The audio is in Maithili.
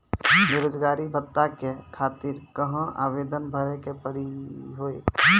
बेरोजगारी भत्ता के खातिर कहां आवेदन भरे के पड़ी हो?